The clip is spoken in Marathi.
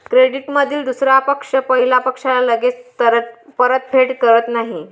क्रेडिटमधील दुसरा पक्ष पहिल्या पक्षाला लगेच परतफेड करत नाही